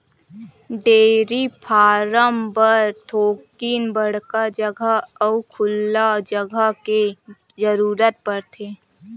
dairy farm बर थोकिन बड़का जघा अउ खुल्ला जघा के जरूरत परथे